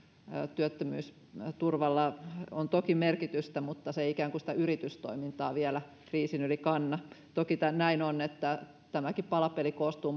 työttömyysturvalla on toki merkitystä mutta se ei sitä yritystoimintaa vielä kriisin yli kanna toki näin on että tämäkin palapeli koostuu